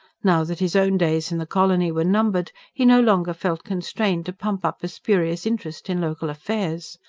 now that his own days in the colony were numbered, he no longer felt constrained to pump up a spurious interest in local affairs.